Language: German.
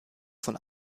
von